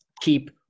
keep